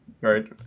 right